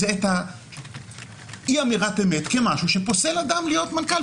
זה את אי-אמירת האמת כמשהו שפוסל אדם מלהיות מנכ"ל,